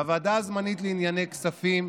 בוועדה הזמנית לענייני כספים,